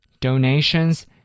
donations